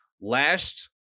last